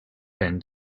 end